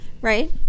right